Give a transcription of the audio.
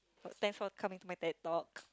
thanks for coming to my Ted Talk